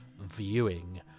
viewing